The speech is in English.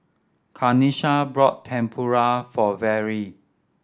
Kanesha brought Tempura for Verle